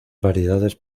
variedades